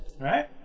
right